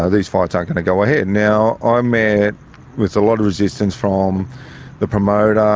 ah these fights aren't going to go ahead. and now i met with a lot of resistance from the promoter,